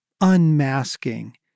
unmasking